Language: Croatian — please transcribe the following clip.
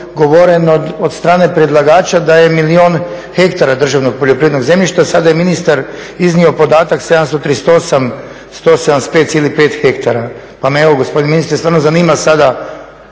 od strane predlagača da je milijun hektara državnog poljoprivrednog zemljišta, a sada je ministar iznio podatak 738 175,5 hektara. Pa me evo gospodine ministre stvarno zanima sada